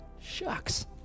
Shucks